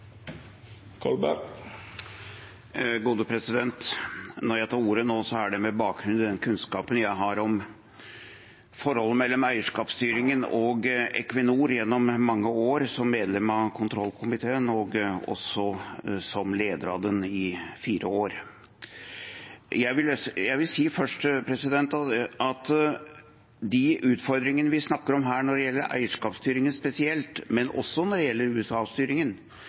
Når jeg tar ordet nå, er det med bakgrunn i den kunnskapen jeg har om forholdet mellom eierskapsstyringen og Equinor gjennom mange år som medlem av kontrollkomiteen, og også som leder av den i fire år. Jeg vil først si, når det gjelder de utfordringene vi snakker om her, spesielt eierskapsstyringen, men også